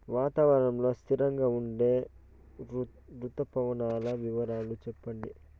వాతావరణం లో స్థిరంగా ఉండే రుతు పవనాల వివరాలు చెప్పండి?